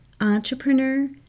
entrepreneur